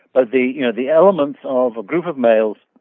ah the you know the elements of group of males